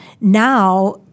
now